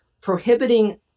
prohibiting